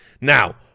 now